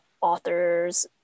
author's